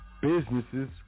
businesses